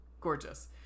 Gorgeous